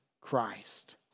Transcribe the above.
Christ